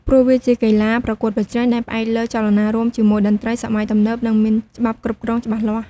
ព្រោះវាជាកីឡាប្រកួតប្រជែង ដែលផ្អែកលើចលនារួមជាមួយតន្ត្រីសម័យទំនើប និងមានច្បាប់គ្រប់គ្រងច្បាស់លាស់។